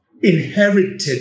inherited